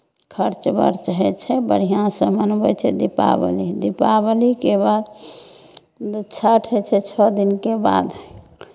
खर्च बर्च होइ छै बढ़िआँसँ मनबै छै दीपावली दीपावलीके बाद छठि होइ छै छओ दिनके बाद